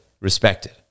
respected